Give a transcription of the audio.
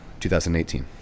2018